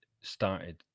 started